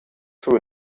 true